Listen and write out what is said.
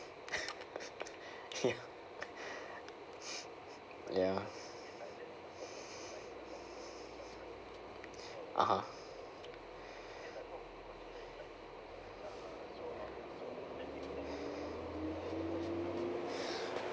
ya (uh huh)